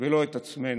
ולא את עצמנו.